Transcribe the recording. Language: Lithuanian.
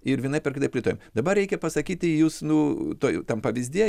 ir vienaip ar kitaip plėtojam dabar reikia pasakyti jūs nu tuoj tam pavyzdyje